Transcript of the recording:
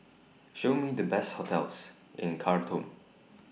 Show Me The Best hotels in Khartoum